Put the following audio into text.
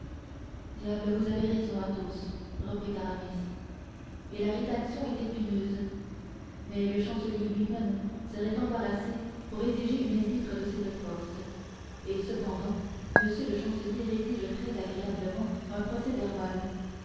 diable vous avez raison athos reprit aramis et la rédaction est épineuse m le chancelier lui-même serait embarrassé pour rédiger une épître de cette force et cependant m le chancelier rédige très agréablement un procès-verbal